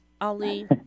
Ali